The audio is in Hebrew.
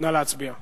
נא להצביע.